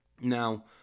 Now